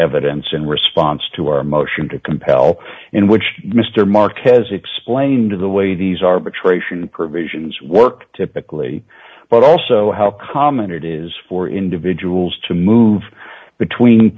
evidence in response to our motion to compel in which mr marquez explained to the way these arbitration provisions work typically but also how common it is for individuals to move between